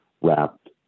wrapped